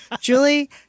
Julie